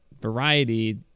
variety